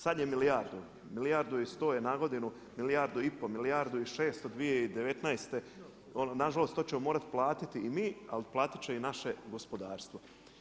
Sada je milijardu, milijardu i 100 je na godinu, milijardu i pol, milijardu i 600, 2019., nažalost to ćemo morati platiti i mi ali platiti će i naše gospodarstvo.